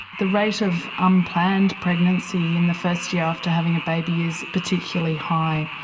the rate of unplanned pregnancy in the first year after having a baby is particularly high.